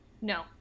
No